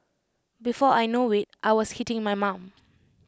before I know IT I was hitting my mum